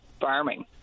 farming